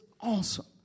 awesome